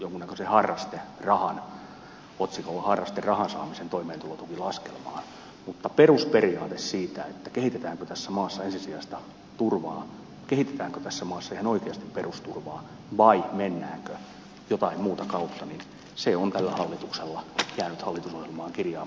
itse kannattaisin jonkunnäköisen otsikolla harrasterahan saamista toimeentulotukilaskelmaan mutta se perusperiaate kehitetäänkö tässä maassa ensisijaista turvaa kehitetäänkö tässä maassa ihan oikeasti perusturvaa vai mennäänkö jotain muuta kautta on tällä hallituksella jäänyt hallitusohjelmaan kirjaamatta